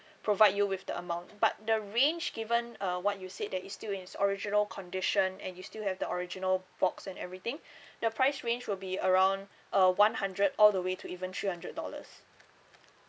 provide you with the amount but the range given uh what you said that it's still in its original condition and you still have the original box and everything the price range will be around uh one hundred all the way to even three hundred dollars